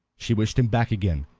she wished him back again,